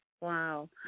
Wow